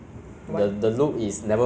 you know like other people condition